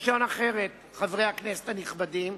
לשון אחרת, חברי הכנסת הנכבדים,